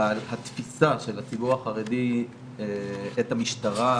אבל התפיסה של הציבור החרדי את המשטרה,